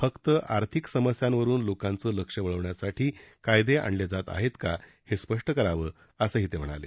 फक्त आर्थिक समस्यांवरुन लोकांचं लक्ष वळवण्यासाठी कायदे आणले जात आहेत का हे स्पष्ट करावं असं ते म्हणाले